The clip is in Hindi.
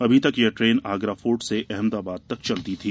अभी तक यह ट्रेन आगरा फोर्ट से अहमदाबाद तक चलती थी